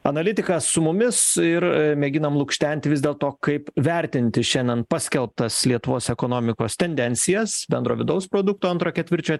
analitikas su mumis ir mėginam lukštenti vis dėlto kaip vertinti šiandien paskelbtas lietuvos ekonomikos tendencijas bendro vidaus produkto antro ketvirčio